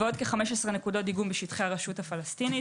ועוד כ-15 נקודות דיגום בשטחי הרשות הפלסטינית.